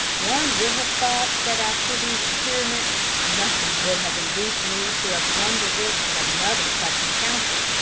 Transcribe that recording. one would have thought that after these experiences nothing would have induced me to have run the risk of another such encounter,